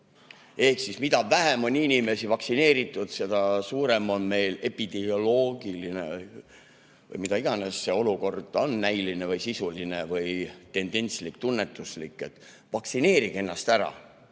Ehk siis mida vähem on inimesi vaktsineeritud, seda raskem meil epidemioloogiline või mis iganes olukord on – näiline või sisuline või tendentslik-tunnetuslik. Vaktsineerige ennast ära,